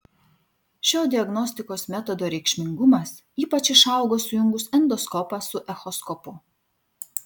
šio diagnostikos metodo reikšmingumas ypač išaugo sujungus endoskopą su echoskopu